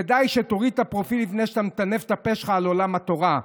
כדאי שתוריד את הפרופיל לפני שאתה מטנף את הפה שלך על עולם התורה.